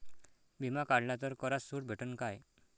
बिमा काढला तर करात सूट भेटन काय?